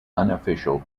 unofficial